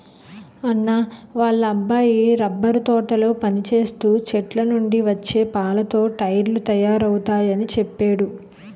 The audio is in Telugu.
అన్నా వాళ్ళ అబ్బాయి రబ్బరు తోటలో పనిచేస్తూ చెట్లనుండి వచ్చే పాలతో టైర్లు తయారవుతయాని చెప్పేడు